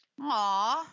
Aww